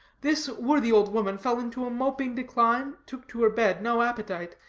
this worthy old woman fell into a moping decline, took to her bed, no appetite,